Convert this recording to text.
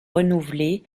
renouvelée